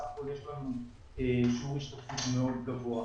בסך הכול יש לנו שיעור השתתפות מאוד גבוה.